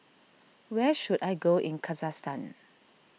where should I go in Kazakhstan